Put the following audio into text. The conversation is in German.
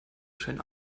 schön